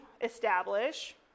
establish